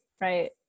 right